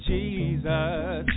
Jesus